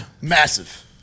Massive